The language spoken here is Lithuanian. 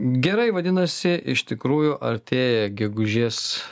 gerai vadinasi iš tikrųjų artėja gegužės